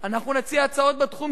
אנחנו נציע הצעות בתחום של